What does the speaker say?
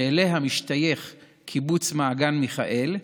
שאליה משתייך קיבוץ מעגן מיכאל,